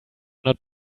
not